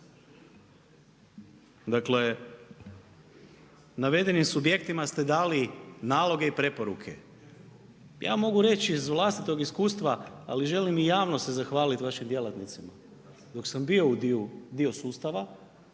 Dakle, navedenim subjektima ste dali naloge i preporuke. Ja mogu reći iz vlastitog iskustva, ali želim i javno se zahvaliti vašim djelatnicima. Dok sam bio dio sustava,